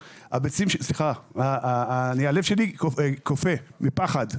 הלב שלי קופא מפחד.